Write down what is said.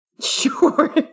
Sure